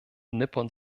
nippon